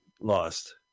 lost